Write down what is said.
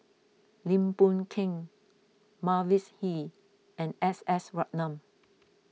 Lim Boon Keng Mavis Hee and S S Ratnam